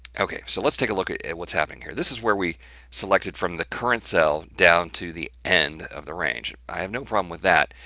okay, so let's take a look at at what's happening here. this is where we selected from the current cell down to the end of the range. i have no problem with that,